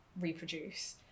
reproduce